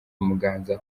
muganza